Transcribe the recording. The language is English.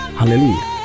Hallelujah